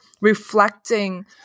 reflecting